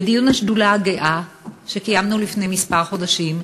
בדיון בשדולה הגאה שקיימנו לפני כמה חודשים,